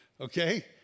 Okay